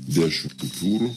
dešimt kupiūrų